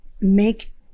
make